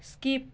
skip